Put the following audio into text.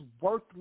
worthless